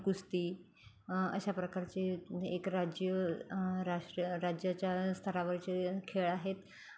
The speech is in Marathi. कुस्ती अशा प्रकारचे एक राज्य राष्ट्रीय राज्याच्या स्तरावरचे खेळ आहेत